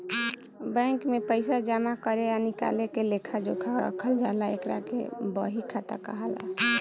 bank में पइसा जामा करे आ निकाले के लेखा जोखा रखल जाला एकरा के बही खाता कहाला